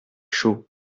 chaud